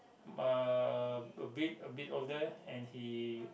uh a bit a bit older and he